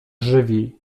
żywi